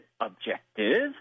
objective